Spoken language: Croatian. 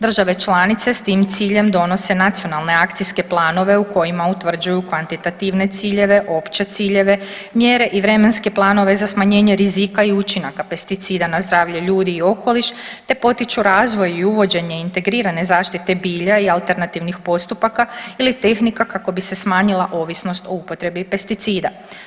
Države članice s tim ciljem donose nacionalne akcijske planove u kojima utvrđuju kvantitativne ciljeve, opće ciljeve, mjere i vremenske planove za smanjenje rizika i učinaka pesticida na zdravlje ljudi i okoliš, te potiču razvoj i uvođenje integrirane zaštite bilja i alternativnih postupaka ili tehnika kako bi se smanjila ovisnost o upotrebi pesticida.